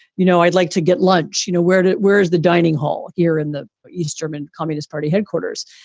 you know, i'd like to get lunch, you know, where to where's the dining hall here in the east german communist party headquarters.